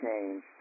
change